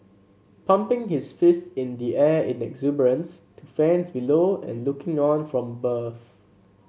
pumping his fist in the air in the exuberance to fans below and looking on from above